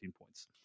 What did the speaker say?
points